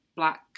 black